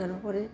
তাৰোপৰি